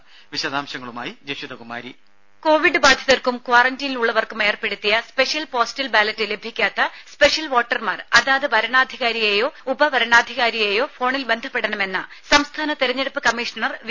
ദേദ കോവിഡ് ബാധിതർക്കും ക്വാറന്റീനിലുള്ളവർക്കും ഏർപ്പെടുത്തിയ സ്പെഷ്യൽ പോസ്റ്റൽ ബാലറ്റ് ലഭിക്കാത്ത സ്പെഷ്യൽ വോട്ടർമാർ അതാത് വരണാധികാരിയെയോ ഉപവരണാധികാരിയെയോ ഫോണിൽ ബന്ധപ്പെടണമെന്ന് സംസ്ഥാന തിരഞ്ഞെടുപ്പ് കമ്മീഷണർ വി